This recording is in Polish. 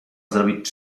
zrobić